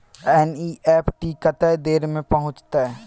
NEFT कत्ते देर में पहुंचतै?